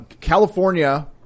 California